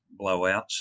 blowouts